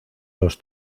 los